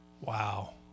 Wow